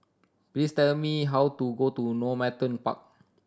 please tell me how to go to Normanton Park